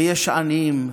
ויש עניים.